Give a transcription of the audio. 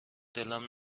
دلم